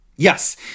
Yes